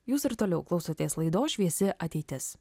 jūs ir toliau klausotės laidos šviesi ateitis